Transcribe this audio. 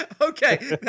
Okay